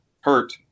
hurt